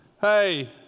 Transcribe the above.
Hey